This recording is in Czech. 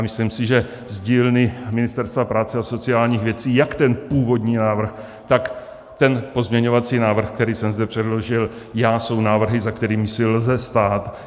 Myslím si, že z dílny Ministerstva práce a sociálních věcí jak původní návrh, tak ten pozměňovací návrh, který jsem zde předložil já, jsou návrhy, za kterými si lze stát.